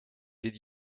did